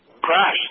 Crash